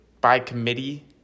by-committee